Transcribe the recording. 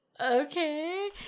okay